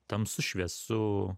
tamsu šviesu